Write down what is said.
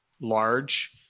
large